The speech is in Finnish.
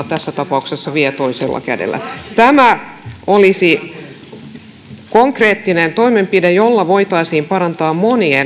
tässä tapauksessa kunta vie toisella kädellä tämä olisi konkreettinen toimenpide jolla voitaisiin parantaa